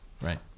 right